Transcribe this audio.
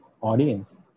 audience